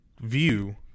view